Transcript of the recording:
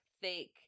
thick